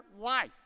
life